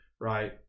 right